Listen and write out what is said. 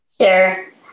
Sure